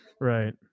right